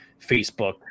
Facebook